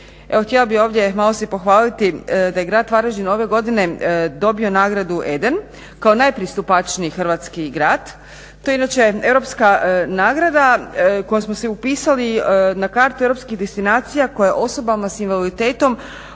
htjela bih ovdje malo se pohvaliti da je grad Varaždin ove godine dobio nagradu EDEN kao najpristupačniji hrvatski grad. To je inače europska nagrada kojom smo se upisali na kartu europskih destinacija koje osobama s invaliditetom